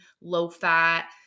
low-fat